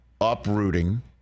uprooting